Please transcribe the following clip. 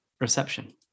reception